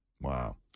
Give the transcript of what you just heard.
wow